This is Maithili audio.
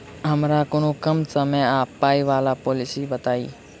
हमरा कोनो कम समय आ पाई वला पोलिसी बताई?